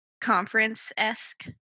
conference-esque